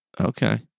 Okay